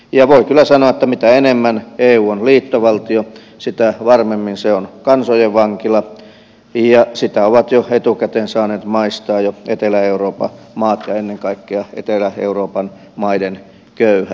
voin kyllä sanoa että mitä enemmän eu on liittovaltio sitä varmemmin se on kansojen vankila ja sitä ovat jo etukäteen saaneet maistaa etelä euroopan maat ja ennen kaikkea etelä euroopan maiden köyhät